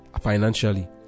financially